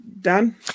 Dan